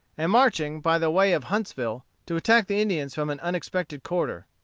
and marching by the way of huntsville, to attack the indians from an unexpected quarter.